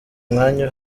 umwanya